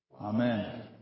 Amen